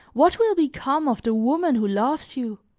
what will become of the woman who loves you?